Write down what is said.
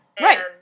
Right